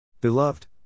Beloved